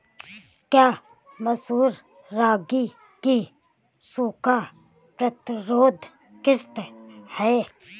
क्या मसूर रागी की सूखा प्रतिरोध किश्त है?